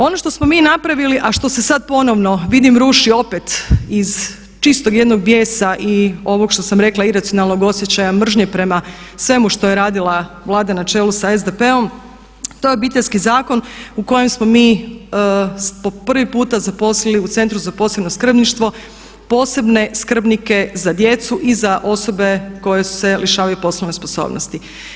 Ono što smo mi napravili a što se sad ponovno vidim ruši opet iz čistog jednog bijesa i ovog što sam rekla iracionalnog osjećaja mržnje prema svemu što je radila Vlada na čelu sa SDP-om to je Obiteljski zakon u kojem smo mi po prvi puta zaposlili u Centru za posebno skrbništvo posebne skrbnike za djecu i za osobe koje se lišavaju poslovne sposobnosti.